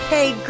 Hey